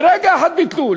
ברגע אחד ביטלו.